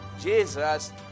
Jesus